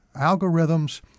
algorithms